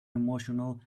emotional